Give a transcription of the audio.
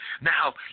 Now